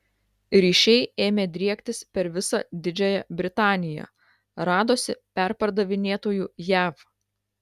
ryšiai ėmė driektis per visą didžiąją britaniją radosi perpardavinėtojų jav